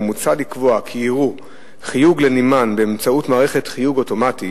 ומוצע לקבוע כי יראו חיוג לנמען באמצעות מערכת חיוג אוטומטי